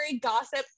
Gossip